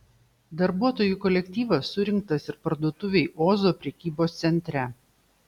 darbuotojų kolektyvas surinktas ir parduotuvei ozo prekybos centre